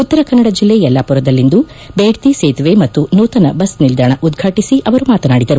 ಉತ್ತರಕನ್ನಡ ಜಿಲ್ಲೆ ಯಲ್ಲಾಪುರದಲ್ಲಿಂದು ಬೇಡ್ತಿ ಸೇತುವೆ ಮತ್ತು ನೂತನ ಬಸ್ನಿಲ್ದಾಣ ಉದ್ಘಾಟಿಸಿ ಅವರು ಮಾತನಾಡಿದರು